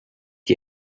die